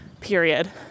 period